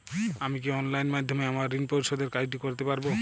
আমি কি অনলাইন মাধ্যমে আমার ঋণ পরিশোধের কাজটি করতে পারব?